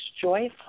joyful